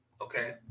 Okay